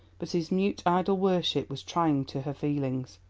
but his mute idol worship was trying to her feelings.